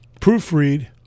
proofread